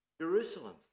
Jerusalem